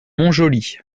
montjoly